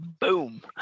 Boom